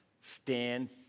Stand